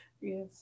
Yes